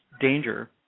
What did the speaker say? danger